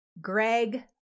Greg